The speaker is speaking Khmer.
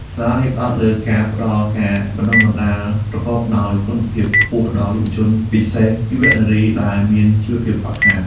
សាលានេះផ្តោតលើការផ្តល់ការបណ្តុះបណ្តាលប្រកបដោយគុណភាពខ្ពស់ដល់យុវជន ពិសេសយុវនារីដែលមានជីវភាពខ្វះខាត។